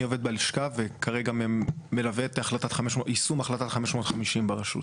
אני עובד בלשכה וכרגע מלווה את יישום החלטת 550 ברשות.